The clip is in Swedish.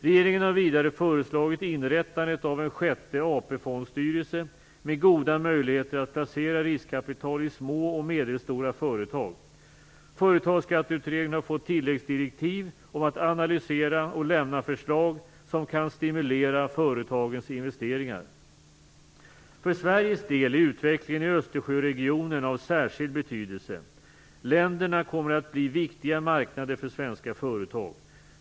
Regeringen har vidare föreslagit inrättandet av en sjätte AP-fondsstyrelse med goda möjligheter att placera riskkapital i små och medelstora företag. Företagsskatteutredningen har fått tilläggsdirektiv om att analysera och lämna förslag som kan stimulera företagens investeringar. För Sveriges del är utvecklingen i Östersjöregionen av särskild betydelse. Länderna kommer att bli viktiga marknader för svenska företag.